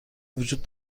وجود